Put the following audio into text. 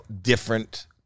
different